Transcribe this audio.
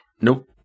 Nope